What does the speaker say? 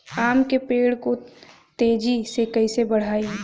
आम के पेड़ को तेजी से कईसे बढ़ाई?